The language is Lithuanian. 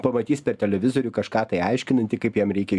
pamatys per televizorių kažką tai aiškinantį kaip jam reikia